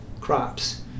crops